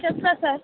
చెప్తాను సార్